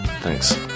Thanks